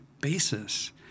basis